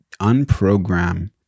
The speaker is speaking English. unprogram